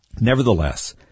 Nevertheless